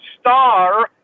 star